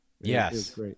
Yes